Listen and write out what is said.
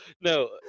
no